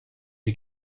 die